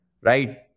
right